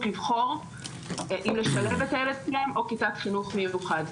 לבחור אם לשלב את הילד שלהם או לשלוח אותו לכיתת חינוך מיוחד.